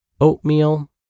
oatmeal